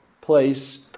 place